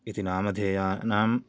इति नामधेयानां